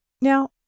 Now